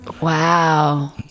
Wow